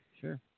Sure